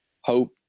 hope